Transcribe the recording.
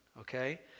okay